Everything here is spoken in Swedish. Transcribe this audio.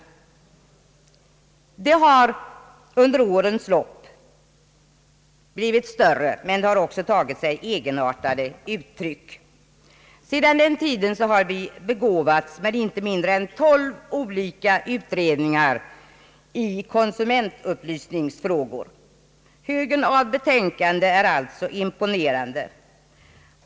Under årens lopp har intresset på den statliga sidan blivit större men också tagit sig egenartade uttryck. Sedan den tiden har vi begåvats med inte mindre än tolv olika utredningar i konsumentupplysningsfrågor. Högen av betänkanden är alltså imponerande.